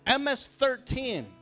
MS-13